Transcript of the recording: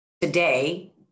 Today